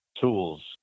tools